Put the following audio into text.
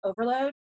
overload